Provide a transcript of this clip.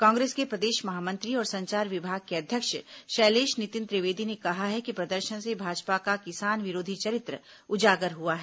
कांग्रेस के प्रदेश महामंत्री और संचार विभाग के अध्यक्ष शैलेश नितिन त्रिवेदी ने कहा है कि प्रदर्शन से भाजपा का किसान विरोधी चरित्र उजागर हुआ है